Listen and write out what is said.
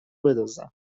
بدزدن